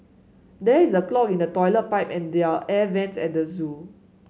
there is a clog in the toilet pipe and there air vents at the zoo